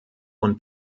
und